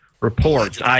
reports